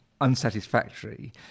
unsatisfactory